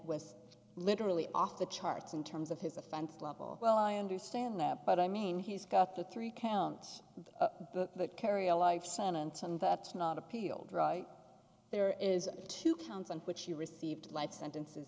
was literally off the charts in terms of his offense level well i understand that but i mean he's got the three count book that carry a life sentence and that's not appealed right there is two pounds on which he received life sentences